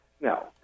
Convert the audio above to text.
no